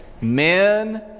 Men